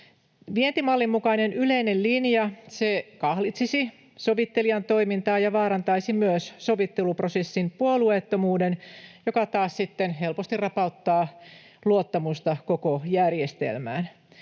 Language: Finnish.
Vientimallin mukainen yleinen linja kahlitsisi sovittelijan toimintaa ja vaarantaisi myös sovitteluprosessin puolueettomuuden, mikä taas sitten helposti rapauttaa luottamusta koko järjestelmään.